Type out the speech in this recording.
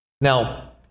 Now